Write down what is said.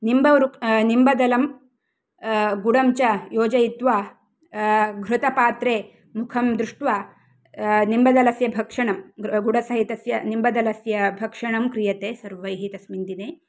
निम्बवृक् निम्बदलं गुडं च योजयित्वा घृतपात्रे मुखं दृष्ट्वा निम्बदलस्य भक्षणं गुडसहितस्य निम्बदलस्य भक्षणं क्रियते सर्वैः तस्मिन् दिने